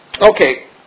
Okay